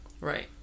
Right